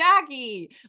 Jackie